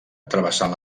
travessant